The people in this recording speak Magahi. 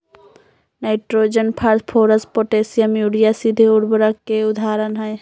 नाइट्रोजन, फास्फोरस, पोटेशियम, यूरिया सीधे उर्वरक के उदाहरण हई